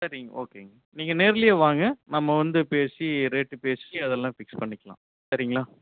சரிங்க ஓகேங்க நீங்கள் நேர்லேயே வாங்க நம்ம வந்து பேசி ரேட்டு பேசி அதெல்லாம் பிக்ஸ் பண்ணிக்கலாம் சரிங்களா